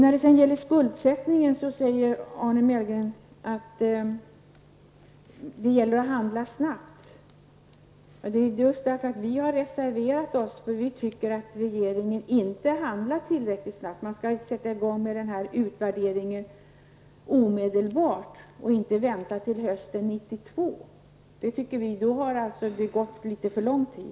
Arne Mellqvist sade att det gäller att handla snabbt beträffande skuldsättningen. Det är just därför vi har reserverat oss. Vi anser att regeringen inte handlar tillräckligt snabbt. Man bör sätta i gång med den här utredningen omedelbart och inte vänta till hösten 1992. Då har det hunnit gå för lång tid.